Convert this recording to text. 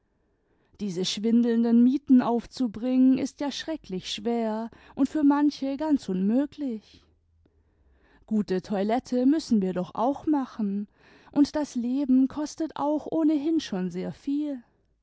diese schwindelnden mieten aufzubringen ist ja schrecklich schwer und für manche ganz unmöglich gute toilette müssen wir doch auch machen und das leben kostet auch ohnehin schon sehr viel